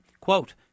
quote